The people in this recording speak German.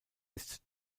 ist